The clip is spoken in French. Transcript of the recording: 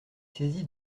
saisi